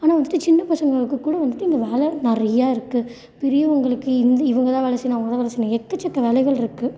ஆனால் வந்துவிட்டு சின்ன பசங்களுக்கு கூட வந்துவிட்டு இந்த வேலை நிறையா இருக்கு பெரியவங்களுக்கு இவங்கதான் வேலை செய்யணும் அவங்கதான் வேலை செய்யணும் எக்கச்சக்க வேலைகள் இருக்கு